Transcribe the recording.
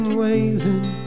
wailing